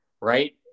right